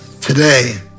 today